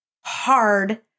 hard